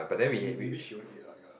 or may maybe she won't eat lah ya